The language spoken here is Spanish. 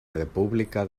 república